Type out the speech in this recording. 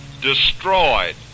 destroyed